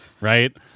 right